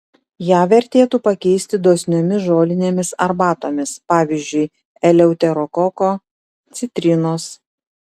ją vertėtų pakeisti dosniomis žolinėmis arbatomis pavyzdžiui eleuterokoko citrinos